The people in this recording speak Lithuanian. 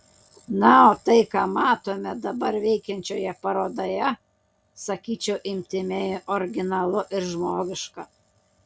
na o tai ką matome dabar veikiančioje parodoje sakyčiau intymiai originalu ir žmogiška